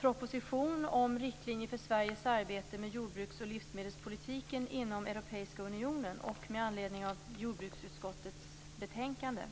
proposition om riktlinjer för Sveriges arbete med jordbruks och livsmedelspolitiken inom Europeiska unionen och med anledning av jordbruksutskottets betänkande.